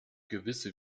gewisse